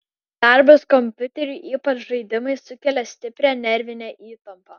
darbas kompiuteriu ypač žaidimai sukelia stiprią nervinę įtampą